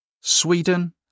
Sweden